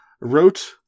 wrote